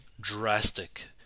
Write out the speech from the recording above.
drastic